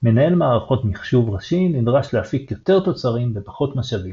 מנהל מערכות מחשוב ראשי נדרש להפיק יותר תוצרים בפחות משאבים.